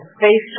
face